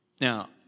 Now